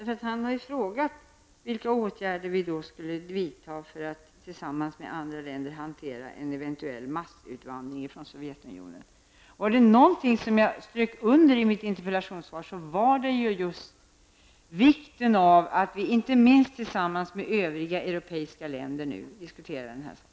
Han har ju frågat vilka åtgärder vi skulle vidta för att tillsammans med andra länder hantera en eventuell massutvandring från Sovjetunionen. Men om det var något som jag strök under i mitt interpellationssvar var det ju just vikten av att vi, inte minst tillsammans med övriga europeiska länder, diskuterar den här saken.